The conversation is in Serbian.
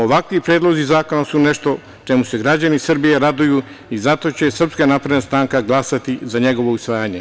Ovakvi predlozi zakona su nešto čemu se građani Srbije raduju i zato će SNS glasati za njegovo usvajanje.